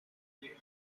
chalk